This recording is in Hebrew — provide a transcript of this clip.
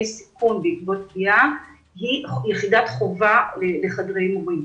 סיכון בעקבות פגיעה היא יחידת חובה לחדרי מורים.